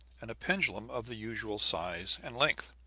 and a pendulum of the usual size and length.